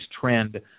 trend